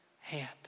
hand